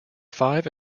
five